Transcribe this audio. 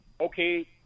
okay